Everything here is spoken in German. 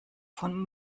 vom